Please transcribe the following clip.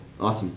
Awesome